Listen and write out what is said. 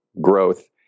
growth